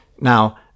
Now